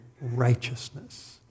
righteousness